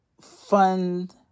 fund